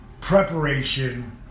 preparation